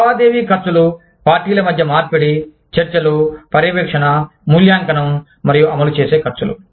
లావాదేవీ ఖర్చులు పార్టీల మధ్య మార్పిడి చర్చలు పర్యవేక్షణ మూల్యాంకనం మరియు అమలు చేసే ఖర్చులు